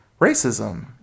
racism